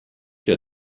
der